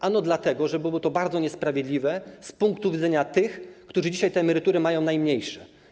Ano dlatego, że byłoby to bardzo niesprawiedliwe z punktu widzenia tych, którzy dzisiaj te emerytury mają najmniejsze.